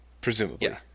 presumably